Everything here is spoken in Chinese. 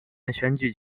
选举